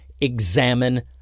examine